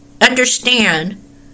understand